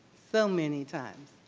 so many times,